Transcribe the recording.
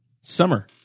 Summer